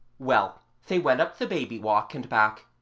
well, they went up the baby walk and back,